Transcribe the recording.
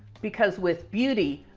because with beauty,